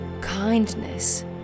kindness